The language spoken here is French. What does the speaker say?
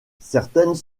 certaines